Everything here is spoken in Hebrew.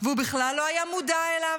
והוא בכלל לא היה מודע אליו.